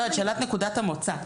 לא, את שאלת נקודת המוצא.